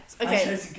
Okay